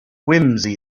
whimsy